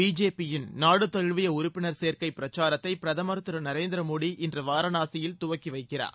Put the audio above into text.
பிஜேபியின் நாடுதழுவிய உறுப்பினர் சேர்க்கை பிரச்சாரத்தை பிரதமர் திரு நரேந்திர மோடி இன்று வாரணாசியில் துவக்கி வைக்கிறார்